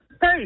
Hey